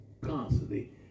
constantly